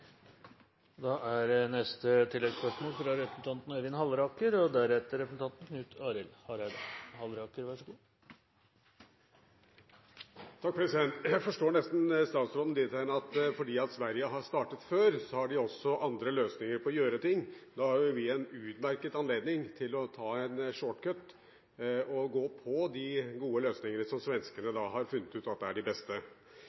Halleraker – til oppfølgingsspørsmål. Jeg forstår nesten statsråden dit hen at fordi Sverige har startet før, har de også andre løsninger for å gjøre ting. Da har jo vi en utmerket anledning til å ta en «shortcut» og gå inn for de gode løsningene som svenskene